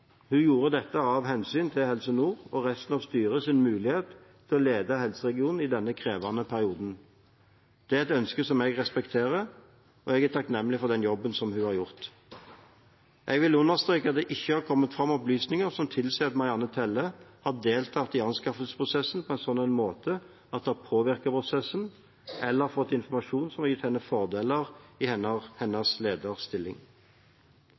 Hun gjorde dette av hensyn til Helse Nord og resten av styret sin mulighet til å lede helseregionen i denne krevende perioden. Det er et ønske som jeg respekterer, og jeg er takknemlig for den jobben hun har gjort. Jeg vil understreke at det ikke har kommet fram noen opplysninger som tilsier at Marianne Telle har deltatt i anskaffelsesprosessen på en slik måte at det har påvirket prosessen, eller har fått informasjon som har gitt henne fordeler i hennes lederstilling.